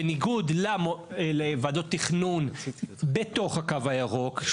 זאת בניגוד לוועדות תכנון בתוך הקו הירוק,